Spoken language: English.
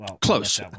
close